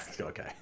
Okay